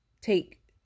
take